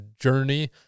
journey